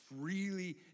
freely